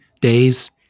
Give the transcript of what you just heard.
days